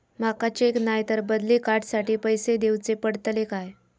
माका चेक नाय तर बदली कार्ड साठी पैसे दीवचे पडतले काय?